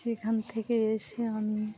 সেখান থেকে এসে আমি